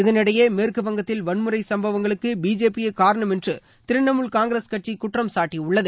இதனிடையே மேற்குவங்கத்தில் வன்முறை சும்பவங்களுக்கு பிஜேபியே காரணம் என்று திரிணாமுல் காங்கிரஸ் கட்சி குற்றம் சாட்டியுள்ளது